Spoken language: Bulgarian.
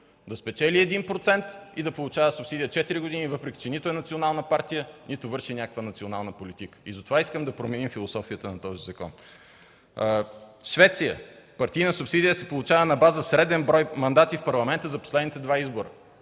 да спечели 1% и да получава субсидия четири години, въпреки че нито е национална партия, нито върши някаква национална политика. Затова искам да променим философията на този закон. Швеция. Партийна субсидия се получава на база среден брой мандати в Парламента за последните два избора.